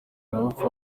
bapfa